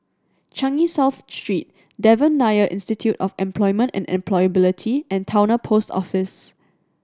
Changi South Street Devan Nair Institute of Employment and Employability and Towner Post Office